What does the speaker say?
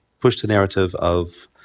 push the narrative of